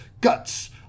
guts